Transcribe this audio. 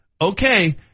Okay